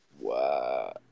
Wow